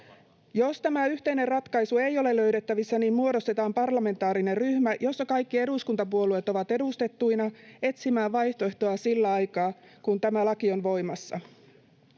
jos tämä yhteinen ratkaisu ei ole löydettävissä, niin muodostetaan parlamentaarinen ryhmä, jossa kaikki eduskuntapuolueet ovat edustettuina, etsimään vaihtoehtoa sillä aikaa, kun tämä laki on voimassa.